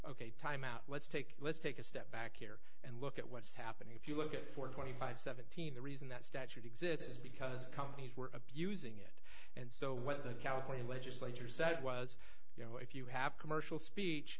ok time out what's take let's take a step back here and look at what's happening if you look at four twenty five seventeen the reason that statute exists is because companies were abusing it and so what the california legislature said was you know if you have commercial speech